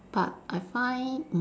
but I find